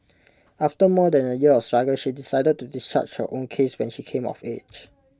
after more than A year of struggle she decided to discharge her own case when she came of age